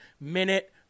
Minute